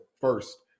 first